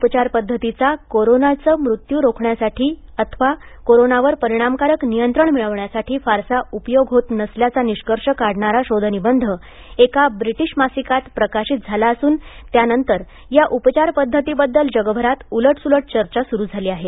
उपचार पद्धतीचा कोरोनाचे मृत्यू रोखण्यासाठी अथवा कोरोनावर प्लाइमा परिणामकारक नियंत्रण मिळवण्यासाठी फारसा उपयोग होत नसल्याचा निष्कर्ष काढणारा शोध निबंध एका ब्रिटिश मासिकात प्रकाशित झाला असून त्यानंतर या उपचार पद्धतीबद्दल जगभरात उलट सुलट चर्चा सुरु झाली आहे